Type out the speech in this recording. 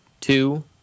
two